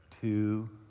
two